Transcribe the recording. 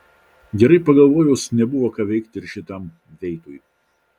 gerai pagalvojus nebuvo ką veikti ir šitam veitui